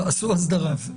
תעשו אסדרה.